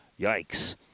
Yikes